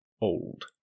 old